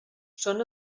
són